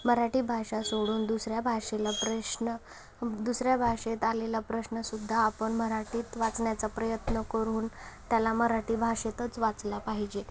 मराठी भाषा सोडून दुसऱ्या भाषेला प्रश्न दुसऱ्या भाषेत आलेला प्रश्न सुद्धा आपण मराठीत वाचण्याचा प्रयत्न करून त्याला मराठी भाषेतच वाचला पाहिजे